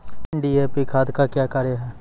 DAP खाद का क्या कार्य हैं?